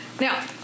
Now